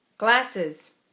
Glasses